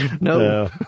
No